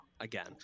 again